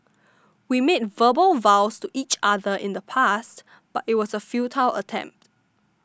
we made verbal vows to each other in the past but it was a futile attempt